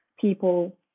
people